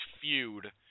feud